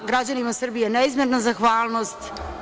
Građanima Srbije neizmerna zahvalnost.